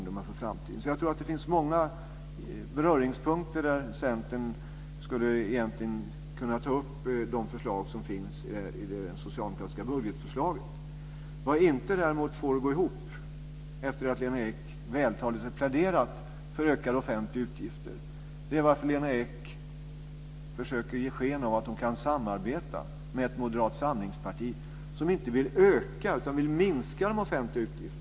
Det finns många beröringspunkter. Centern skulle egentligen kunna ta upp de förslag som finns i det socialdemokratiska budgetförslaget. Lena Ek har vältaligt pläderat för ökade offentliga utgifter. Jag får det inte att gå ihop när hon försöker ge sken av att hon kan samarbeta med ett moderat samlingsparti som inte vill öka utan minska de offentliga utgifterna.